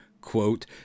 quote